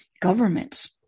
governments